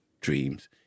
dreams